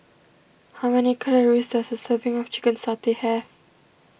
how many calories does a serving of Chicken Satay have